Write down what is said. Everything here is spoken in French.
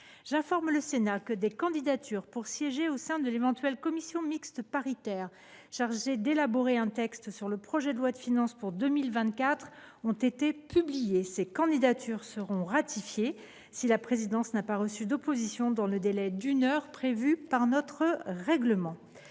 J’informe le Sénat que des candidatures pour siéger au sein de l’éventuelle commission mixte paritaire chargée d’élaborer un texte sur le projet de loi de finances pour 2024 ont été publiées. Ces candidatures seront ratifiées si la présidence n’a pas reçu d’opposition dans le délai d’une heure prévu par notre règlement.